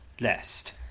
lest